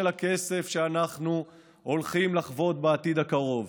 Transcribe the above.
הכסף שאנחנו הולכים לחוות בעתיד הקרוב,